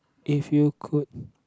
if you could